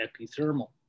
epithermal